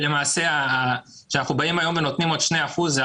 ולמעשה כאשר אנחנו באים היום ונותנים עוד 2 אחוזים,